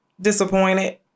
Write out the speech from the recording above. disappointed